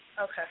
Okay